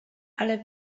ale